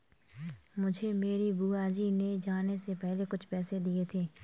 मुझे मेरी बुआ जी ने जाने से पहले कुछ पैसे दिए थे